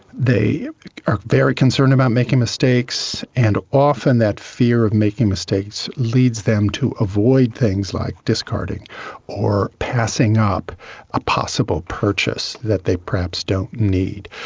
they very concerned about making mistakes, and often that fear of making mistakes leads them to avoid things like discarding or passing up a possible purchase that they perhaps don't need.